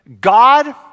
God